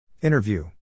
Interview